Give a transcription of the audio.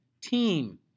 team